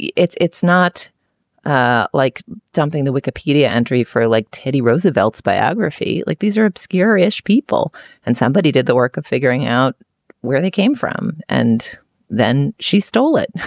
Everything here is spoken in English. it's it's not ah like something the wikipedia entry for like teddy roosevelt's biography, like these are obscure irish people and somebody did the work of figuring out where they came from. and then she stole it,